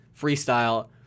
freestyle